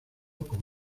como